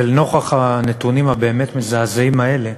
ולנוכח הנתונים הבאמת-מזעזעים האלה,